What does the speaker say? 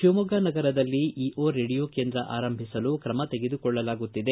ಶಿವಮೊಗ್ಗ ನಗರದಲ್ಲಿ ಈಒ ರೇಡಿಯೋ ಕೇಂದ್ರ ಆರಂಭಿಸಲು ತ್ರಮ ತೆಗೆದುಕೊಳ್ಳಲಾಗುತ್ತಿದೆ